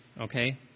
Okay